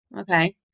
okay